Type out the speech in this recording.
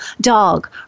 dog